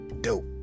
dope